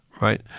right